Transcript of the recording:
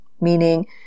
meaning